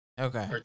okay